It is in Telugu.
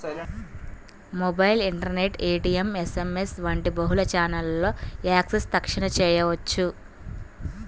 మొబైల్, ఇంటర్నెట్, ఏ.టీ.ఎం, యస్.ఎమ్.యస్ వంటి బహుళ ఛానెల్లలో యాక్సెస్ తక్షణ చేయవచ్చు